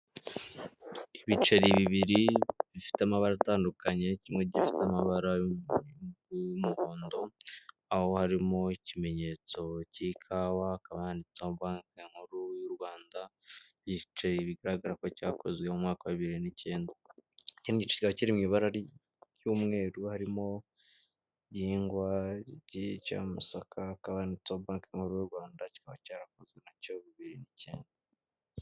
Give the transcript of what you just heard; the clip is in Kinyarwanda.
Ibiceri bibiri bifite amabara atandukanye kimwe gifite amabara y'umuhondo aho harimo ikimenyetso cy'ikawa hakaba handitseho banki nkuru y'u Rwanda igiceri bigaragara ko cyakozwe mu mwaka wa bibiri n'icyenda. Ikindi giceri kiri mu ibara ry'umweru harimo igihingwa ry'amasaka kikaba cyanditseho banki nkuru y' Rwanda kikaba cyarakozwe muri bibiri n'ikenda.